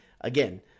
again